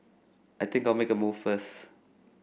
I think I'll make a move first